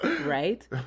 right